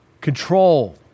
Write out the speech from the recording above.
Control